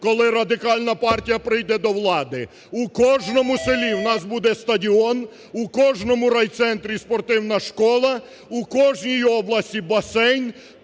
коли Радикальна партія прийде до влади. У кожному селі у нас буде стадіон, у кожному райцентрі – спортивна школа, у кожній області – басейн,